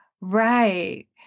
Right